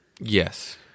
Yes